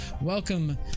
welcome